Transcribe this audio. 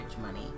money